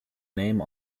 name